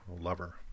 lover